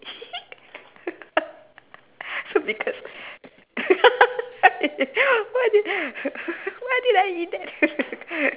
so why did why did I eat that